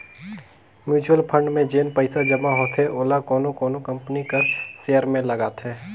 mutual fund में जेन पइसा जमा होथे ओला कोनो कोनो कंपनी कर सेयर में लगाथे